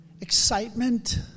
excitement